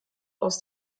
aus